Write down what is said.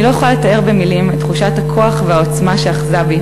אני לא יכולה לתאר במילים את תחושת הכוח והעוצמה שאחזה בי